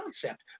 concept